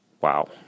Wow